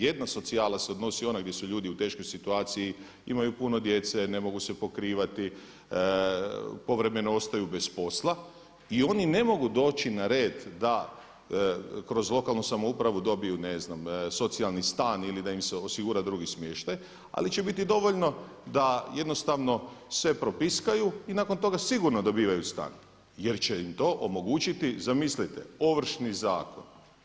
Jedna socijala se odnosi onoj gdje su ljudi u teškoj situaciji imaju puno djece, ne mogu se pokrivati, povremeno ostaju bez posla i oni ne mogu doći na red da kroz lokalnu samoupravu dobiju ne znam socijalni stan ili da im se osigura drugi smještaj, ali će biti dovoljno da sve propiskaju i nakon toga sigurno dobivaju stan jer će im to omogućiti zamislite, Ovršni zakon.